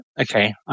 okay